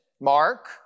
Mark